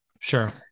sure